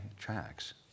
tracks